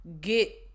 get